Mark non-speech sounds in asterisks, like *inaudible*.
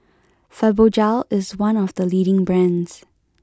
*noise* Fibogel is one of the leading brands